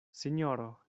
sinjoro